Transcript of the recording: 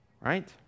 Right